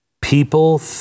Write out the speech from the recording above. People